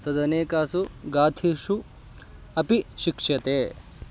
तदनेकासु गाथीषु अपि शिक्ष्यते